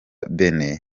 benin